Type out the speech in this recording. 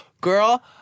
Girl